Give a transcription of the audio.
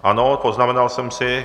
Ano, poznamenal sem si.